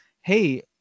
hey